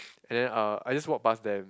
and then uh I just walk passed them